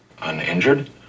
uninjured